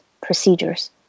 procedures